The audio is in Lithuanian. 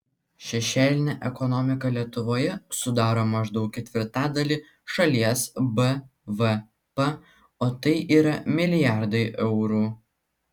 šešėlinė ekonomika lietuvoje sudaro maždaug ketvirtadalį šalies bvp o tai yra milijardai eurų